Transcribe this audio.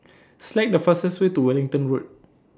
Select The fastest Way to Wellington Road